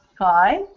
Hi